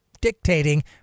dictating